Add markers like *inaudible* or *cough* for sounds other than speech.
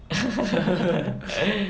*laughs*